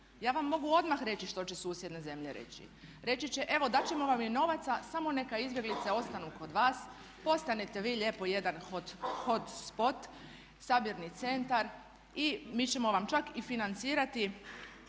Ja vam mogu odmah reći što će susjedne zemlje reći reći će evo dat ćemo vam i novaca samo neka izbjeglice ostanu kod vas. Postanete vi lijepo jedan hotspot, sabirni centar i mi ćemo vam čak i financirati